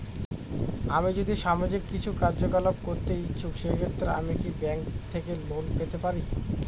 আমি যদি সামাজিক কিছু কার্যকলাপ করতে ইচ্ছুক সেক্ষেত্রে আমি কি ব্যাংক থেকে লোন পেতে পারি?